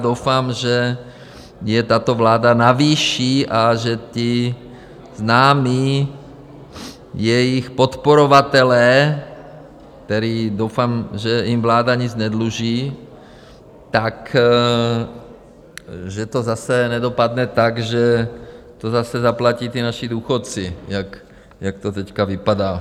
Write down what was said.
Doufám, že je tato vláda navýší a že ti známí, jejich podporovatelé, kteří doufám, že jim vláda nic nedluží takže to zase nedopadne tak, že to zase zaplatí ti naši důchodci, jak to teď vypadá.